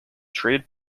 traded